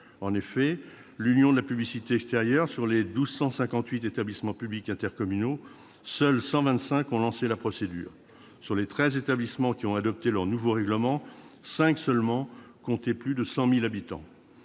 En effet, selon l'Union de la publicité extérieure, sur les 1 258 établissements publics intercommunaux, seuls 125 ont lancé la procédure, et, sur les 13 établissements qui ont adopté leur nouveau règlement, 5 seulement comptaient plus de 100 000 habitants.